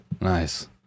Nice